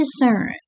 discern